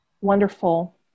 wonderful